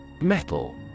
Metal